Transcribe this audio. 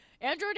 Android